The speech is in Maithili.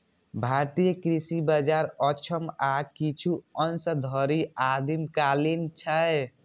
भारतीय कृषि बाजार अक्षम आ किछु अंश धरि आदिम कालीन छै